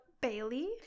bailey